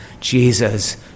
Jesus